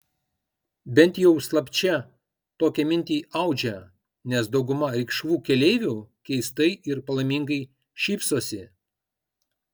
bent jau slapčia tokią mintį audžia nes dauguma rikšų keleivių keistai ir palaimingai šypsosi